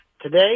Today